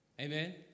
Amen